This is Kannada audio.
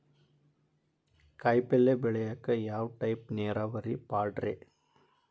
ಕಾಯಿಪಲ್ಯ ಬೆಳಿಯಾಕ ಯಾವ ಟೈಪ್ ನೇರಾವರಿ ಪಾಡ್ರೇ?